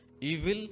evil